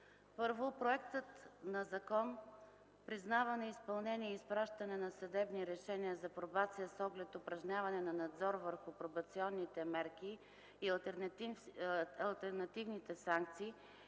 Законопроектът за признаване, изпълнение и изпращане на съдебни решения за пробация с оглед упражняване на надзор върху пробационните мерки и алтернативните санкции